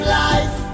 life